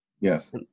Yes